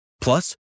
Plus